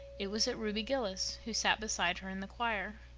it was at ruby gillis, who sat beside her in the choir.